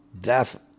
death